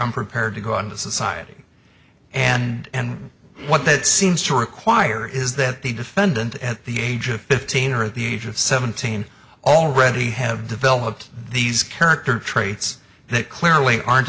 i'm prepared to go on to society and what that seems to require is that the defendant at the age of fifteen or at the age of seventeen already have developed these character traits that clearly aren't